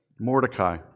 Mordecai